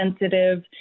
sensitive